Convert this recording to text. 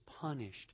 punished